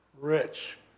rich